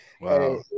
Wow